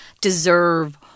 deserve